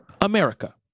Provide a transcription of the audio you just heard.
America